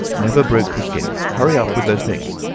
never broke the skin. hurry up with those things.